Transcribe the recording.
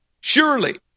Surely